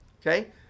Okay